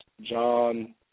John